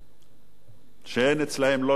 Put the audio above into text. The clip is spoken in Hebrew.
שאין אצלם לא שוויון ולא צדק.